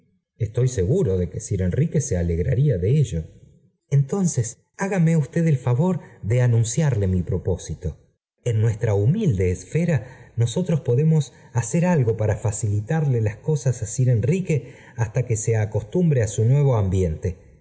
t seguro de i ue bír enrique se alegraría entonces hágame usted el favor de anunciarle mi propósito en nuestra humilde esfera nosotros podemos hacer algo para facilitarle las cosas á sir enrique hasta que se acostumbre á su nuevo ambiente